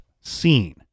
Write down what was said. seen